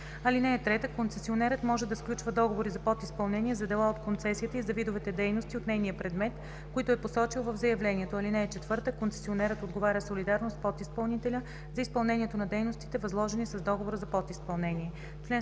(3) Концесионерът може да сключва договори за подизпълнение за дела от концесията и за видовете дейности от нейния предмет, които е посочил в заявлението. (4) Концесионерът отговаря солидарно с подизпълнителя за изпълнението на дейностите, възложени с договора за подизпълнение.“